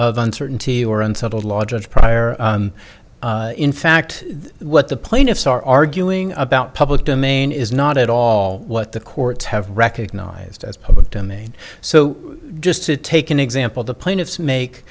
of uncertainty or unsettled law judge pryor in fact what the plaintiffs are arguing about public domain is not at all what the courts have recognized as public domain so just to take an example the plaintiffs make